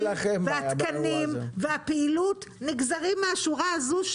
התקנים והפעילות נגזרים מהשורה הזו,